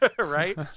Right